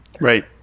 Right